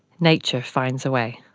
nature finds a way.